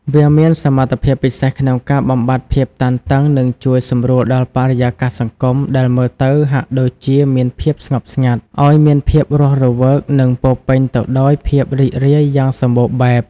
វាមានសមត្ថភាពពិសេសក្នុងការបំបាត់ភាពតានតឹងនិងជួយសម្រួលដល់បរិយាកាសសង្គមដែលមើលទៅហាក់ដូចជាមានភាពស្ងប់ស្ងាត់ ឲ្យមានភាពរស់រវើកនិងពោរពេញទៅដោយភាពរីករាយយ៉ាងសម្បូរបែប។